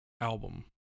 album